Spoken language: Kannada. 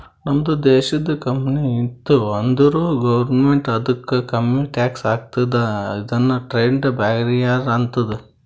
ನಮ್ದು ದೇಶದು ಕಂಪನಿ ಇತ್ತು ಅಂದುರ್ ಗೌರ್ಮೆಂಟ್ ಅದುಕ್ಕ ಕಮ್ಮಿ ಟ್ಯಾಕ್ಸ್ ಹಾಕ್ತುದ ಇದುನು ಟ್ರೇಡ್ ಬ್ಯಾರಿಯರ್ ಆತ್ತುದ